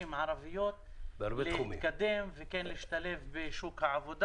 ערביות להתקדם ולהשתלב בשוק העבודה.